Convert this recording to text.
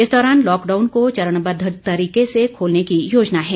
इस दौरान लॉकडाउन को चरणबद्व तरीके से खोलने की योजना है